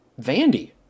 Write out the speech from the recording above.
Vandy